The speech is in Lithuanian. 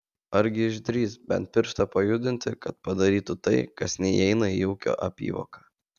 argi išdrįs bent pirštą pajudinti kad padarytų tai kas neįeina į ūkio apyvoką